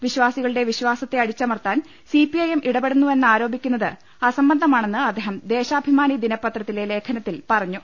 വിശ്വാസികളുടെ വിശ്വാസത്തെ അടിച്ച മർത്താൻ സിപിഐഎം ഇടപെടുന്നു എന്നാരോപിക്കുന്നത് അസംബന്ധമാണെന്ന് അദ്ദേഹം ദേശാഭിമാനി ദിനപത്രത്തിലെ ലേഖനത്തിൽ പറഞ്ഞു